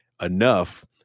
enough